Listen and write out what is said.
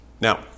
Now